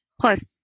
Plus